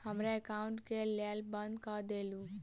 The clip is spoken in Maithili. हमरा एकाउंट केँ केल बंद कऽ देलु?